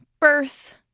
birth